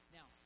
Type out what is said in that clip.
Now